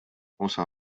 osa